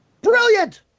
Brilliant